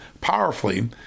powerfully